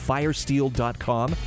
FireSteel.com